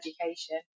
education